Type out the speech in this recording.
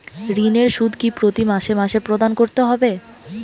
ঋণের সুদ কি প্রতি মাসে মাসে প্রদান করতে হবে?